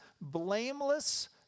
blameless